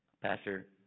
Pastor